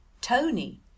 Tony